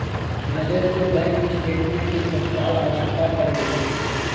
रजत को bank statement की तत्काल आवश्यकता पड़ गई है